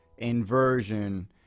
inversion